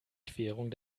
querung